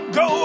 go